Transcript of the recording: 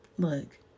Look